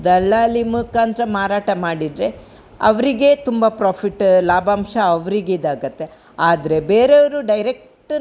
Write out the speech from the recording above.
ದಲ್ಲಾಳಿ ಮುಖಾಂತರ ಮಾರಾಟ ಮಾಡಿದರೆ ಅವ್ರಿಗೆ ತುಂಬ ಪ್ರಾಫಿಟ್ ಲಾಭಾಂಶ ಅವರಿಗಿದಾಗತ್ತೆ ಆದರೆ ಬೇರೆಯವರು ಡೈರೆಕ್ಟ್